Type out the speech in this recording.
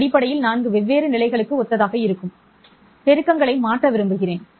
அடிப்படையில் 4 வெவ்வேறு நிலைகளுக்கு ஒத்ததாக இருக்கும் பெருக்கங்களை மாற்ற விரும்புகிறேன்